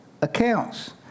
accounts